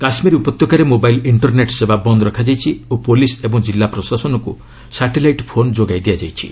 କାଶ୍ମୀର ଉପତ୍ୟକାରେ mobile internet ସେବା ବନ୍ଦ ରଖାଯାଇଛି ଓ ପୋଲିସ୍ ଏବଂ ଜିଲ୍ଲା ପ୍ରଶାସନକୁ ସାଟେଲାଇଟ୍ ଫୋନ୍ ଯୋଗାଇ ଦିଆଯାଇଛି